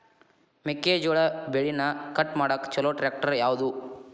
ಮೆಕ್ಕೆ ಜೋಳ ಬೆಳಿನ ಕಟ್ ಮಾಡಾಕ್ ಛಲೋ ಟ್ರ್ಯಾಕ್ಟರ್ ಯಾವ್ದು?